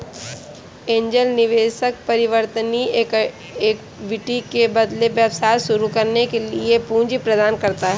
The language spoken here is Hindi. एंजेल निवेशक परिवर्तनीय इक्विटी के बदले व्यवसाय शुरू करने के लिए पूंजी प्रदान करता है